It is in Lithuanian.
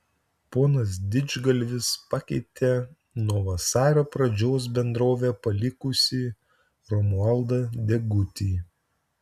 ponas didžgalvis pakeitė nuo vasario pradžios bendrovę palikusį romualdą degutį